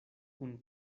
kun